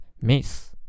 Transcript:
miss